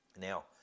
Now